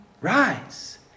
rise